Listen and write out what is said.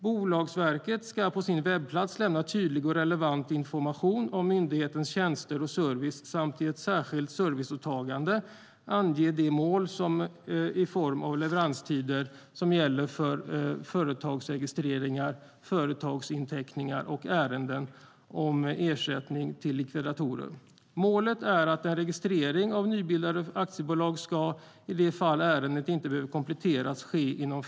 Bolagsverket ska på sin webbplats lämna tydlig och relevant information om myndighetens tjänster och service samt i ett särskilt serviceåtagande ange de mål i form av leveranstider som gäller för företagsregistreringar, företagsinteckningar och ärenden om ersättning till likvidatorer. Målet är att en registrering av ett nybildat aktiebolag ska ske inom fem arbetsdagar, i det fall ärendet inte behöver kompletteras.